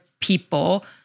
people